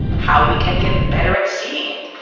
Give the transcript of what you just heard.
how we can get better at seeing it,